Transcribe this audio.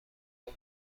بار